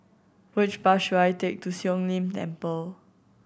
which bus should I take to Siong Lim Temple